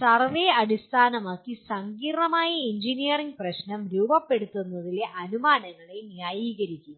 survey അടിസ്ഥാനമാക്കി സങ്കീർണ്ണമായ engineering പ്രശ്നം രൂപപ്പെടുത്തുന്നതിലെ അനുമാനങ്ങളെ ന്യായീകരിക്കുക